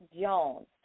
Jones